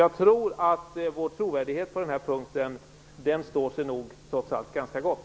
Jag tror alltså att vår trovärdighet på denna punkt står sig ganska gott.